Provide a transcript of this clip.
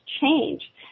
change